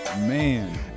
Man